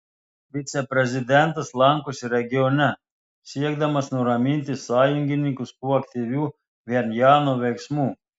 viceprezidentas lankosi regione siekdamas nuraminti sąjungininkus po aktyvių pchenjano veiksmų